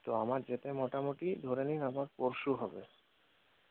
তো আমার যেতে মোটামুটি ধরে নিন আমার পরশু হবে